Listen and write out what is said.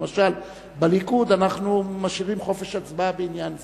למשל, בליכוד אנחנו משאירים חופש הצבעה בעניין זה.